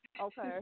Okay